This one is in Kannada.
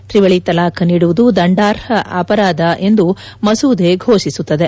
ತ್ರಿವಳಿ ತಲಾಖ್ ನೀಡುವುದು ದಂಡಾರ್ಹ ಅಪರಾಧ ಎಂದು ಮಸೂದೆ ಫೋಷಿಸುತ್ತದೆ